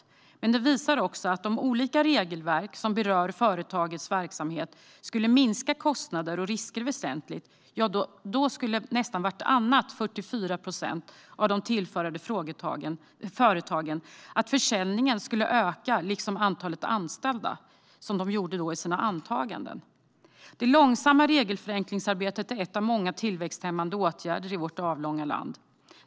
Undersökningen visar också att om olika regelverk som berör företagens verksamhet skulle minska kostnader och risker väsentligt skulle nästan vartannat, 44 procent, av de tillfrågade företagen troligen öka försäljningen liksom antalet anställda. Det långsamma regelförenklingsarbetet är en av många tillväxthämmande åtgärder i vårt avlånga land.